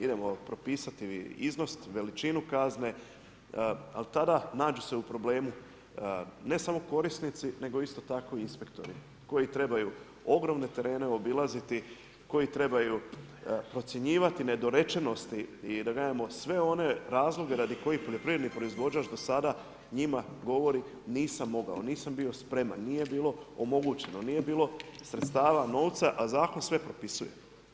Idemo propisati iznos i veličinu kazne, ali tada nađu se u problemu ne samo korisnici nego isto tako i inspektori koji trebaju ogromne terene obilaziti, koji trebaju procjenjivati nedorečenosti sve ove razloge radi kojih poljoprivredni proizvođač do sada njima govori nisam mogao, nisam bio spreman, nije bilo omogućeno, nije bilo sredstva, novca a zakon sve propisuje.